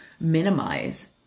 minimize